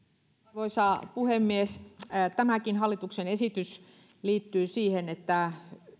arvoisa puhemies tämäkin hallituksen esitys liittyy siihen että